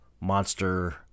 Monster